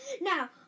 Now